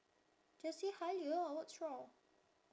just say Halia ah what's wrong